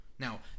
Now